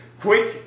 quick